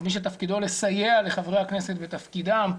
כמי שתפקידו לסייע לחברי הכנסת בתפקידם.